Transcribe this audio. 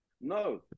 No